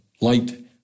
light